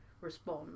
respond